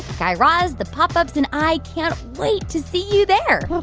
guy raz, the pop ups and i can't wait to see you there